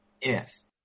Yes